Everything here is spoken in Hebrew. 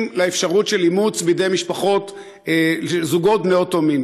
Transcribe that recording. לאפשרות של אימוץ על ידי זוגות בני אותו מין.